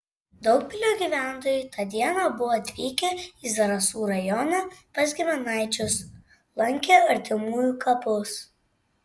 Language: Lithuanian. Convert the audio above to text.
daugpilio gyventojai tą dieną buvo atvykę į zarasų rajoną pas giminaičius lankė artimųjų kapus